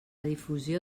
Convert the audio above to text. difusió